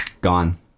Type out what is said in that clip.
Gone